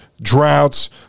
droughts